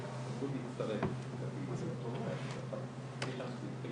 זה הפעילות הענפה שלנו לחולות סרטן השד.